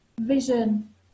vision